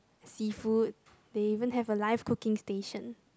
seafood they even have a live cooking station